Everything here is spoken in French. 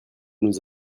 nous